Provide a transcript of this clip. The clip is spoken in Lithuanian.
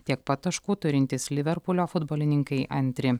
tiek pat taškų turintys liverpulio futbolininkai antri